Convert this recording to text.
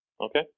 Okay